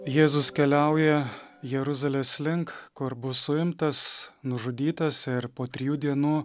jėzus keliauja jeruzalės link kur buvo suimtas nužudytas ir po trijų dienų